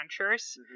adventures